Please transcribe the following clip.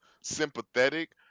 sympathetic